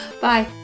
Bye